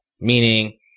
Meaning